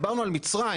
דיברנו על מצריים,